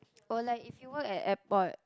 or like if you work at airport